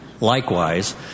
Likewise